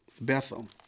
Bethel